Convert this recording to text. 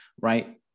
right